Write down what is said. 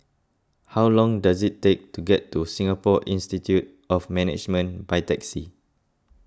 how long does it take to get to Singapore Institute of Management by taxi